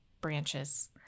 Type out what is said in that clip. branches